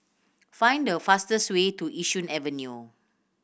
find the fastest way to Yishun Avenue